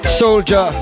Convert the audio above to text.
soldier